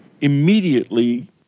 immediately